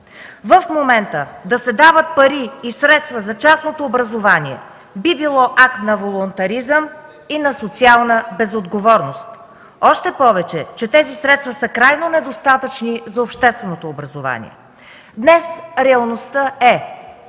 В момента да се дават пари и средства за частното образование би било акт на волунтаризъм и на социална безотговорност, още повече че тези средства са крайно недостатъчни за общественото образование. Днес реалността е: